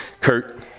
Kurt